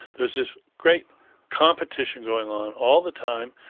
there's this great competition going on, all the time,